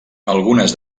algunes